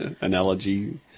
analogy